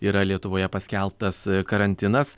yra lietuvoje paskelbtas karantinas